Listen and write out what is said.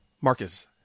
marcus